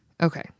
Okay